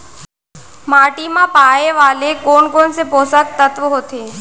माटी मा पाए वाले कोन कोन से पोसक तत्व होथे?